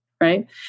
right